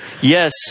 Yes